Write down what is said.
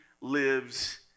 lives